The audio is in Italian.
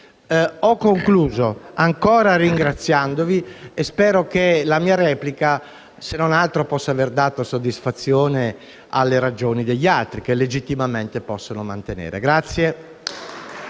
Ringrazio ancora l'Assemblea e spero che la mia replica, se non altro, possa avere dato soddisfazione alle ragioni degli altri, che legittimamente possono mantenere.